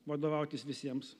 vadovautis visiems